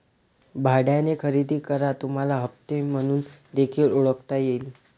भाड्याने खरेदी करा तुम्हाला हप्ते म्हणून देखील ओळखता येईल